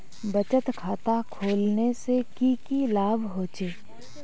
बचत खाता खोलने से की की लाभ होचे?